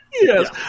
Yes